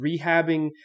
rehabbing